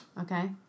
Okay